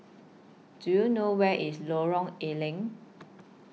Do YOU know Where IS Lorong A Leng